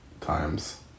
times